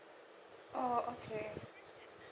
oh okay